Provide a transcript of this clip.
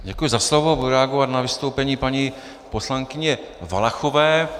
Děkuji za slovo, budu reagovat na vystoupení paní poslankyně Valachové.